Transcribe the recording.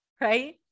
right